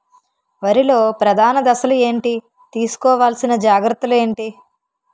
వరిలో ప్రధాన దశలు ఏంటి? తీసుకోవాల్సిన జాగ్రత్తలు ఏంటి?